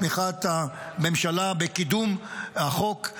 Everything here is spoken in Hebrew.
את תמיכת הממשלה בקידום החוק.